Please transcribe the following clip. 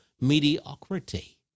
mediocrity